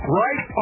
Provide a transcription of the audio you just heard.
right